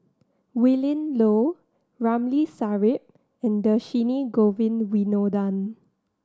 Willin Low Ramli Sarip and Dhershini Govin Winodan